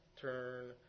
Turn